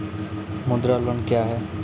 मुद्रा लोन क्या हैं?